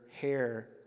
hair